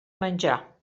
menjar